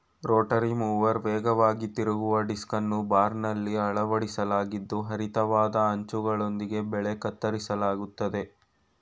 Rotary mower ವೇಗವಾಗಿ ತಿರುಗುವ ಡಿಸ್ಕನ್ನು ಬಾರ್ನಲ್ಲಿ ಅಳವಡಿಸಲಾಗಿದ್ದು ಹರಿತವಾದ ಅಂಚುಗಳೊಂದಿಗೆ ಬೆಳೆ ಕತ್ತರಿಸಲಾಗ್ತದೆ